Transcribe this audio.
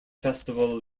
festival